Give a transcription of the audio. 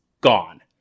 gone